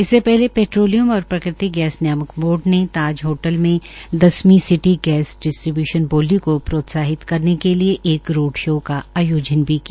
इससे पहले पेट्रोलियम और प्राकृतिक गैस नियामक बोर्ड ने ताज होटल में दसवीं सिटी गैस डिस्ट्रीबय्शन बोली को प्रोत्साहित करने के लिये एक रोड शो का आयोजन भी किया